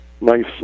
nice